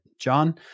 John